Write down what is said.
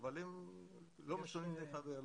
אבל הם לא משלמים דמי חבר,